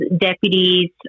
deputies